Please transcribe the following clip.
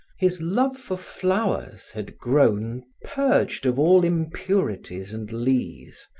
his love for flowers had grown purged of all impurities and lees,